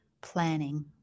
planning